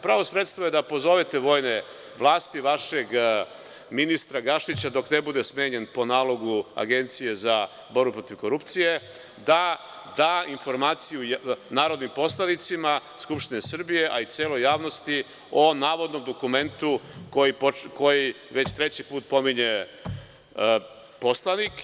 Pravo sredstvo je da pozovete vojne vlasti, vašeg ministra Gašića, dok ne bude smenjen po nalogu Agencije za borbu protiv korupcije, da da informaciju narodnim poslanicima Skupštine Srbije, a i celoj javnosti o navodnom dokumentu koji već treći put pominje poslanik.